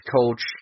coach